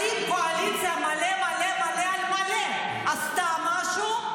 האם הקואליציה מלא מלא על מלא עשתה משהו?